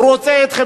הוא רוצה אתכם.